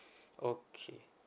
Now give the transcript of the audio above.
okay